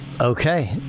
Okay